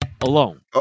alone